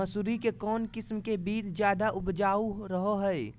मसूरी के कौन किस्म के बीच ज्यादा उपजाऊ रहो हय?